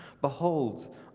Behold